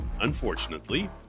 Unfortunately